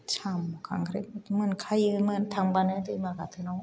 साम' खांख्राइफोरखौ मोनखायोमोन थांबानो दैमा गाथोनाव